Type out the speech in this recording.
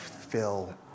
fill